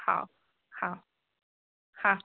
ହଁ ହଁ ହ